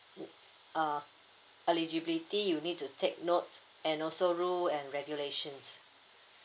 uh eligibility you need to take note and also rule and regulations